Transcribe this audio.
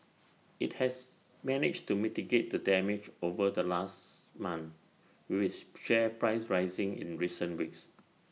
IT has managed to mitigate the damage over the last month with its share price rising in recent weeks